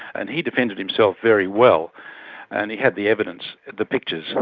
and he defended himself very well and he had the evidence, the pictures,